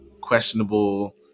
questionable